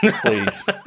Please